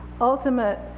ultimate